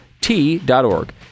T.org